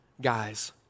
guys